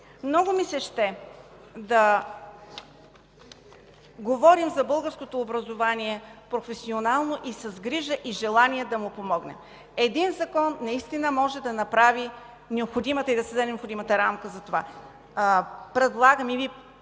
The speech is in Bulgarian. Много ми се ще да говорим за българското образование професионално и с грижа, и желание да му помогнем. Един закон наистина може да направи и да създаде необходимата рамка за това. Предлагам и Ви